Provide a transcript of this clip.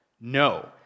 No